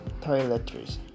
toiletries